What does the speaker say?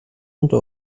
unter